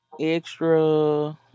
extra